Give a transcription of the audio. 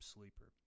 Sleeper